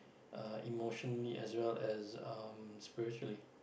uh emotionally as well as um spiritually